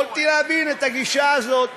יכולתי להבין את הגישה הזאת.